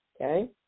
okay